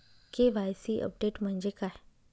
KYC update म्हणजे काय?